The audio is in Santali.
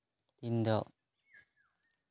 ᱤᱧ ᱫᱚ